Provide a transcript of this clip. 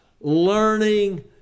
learning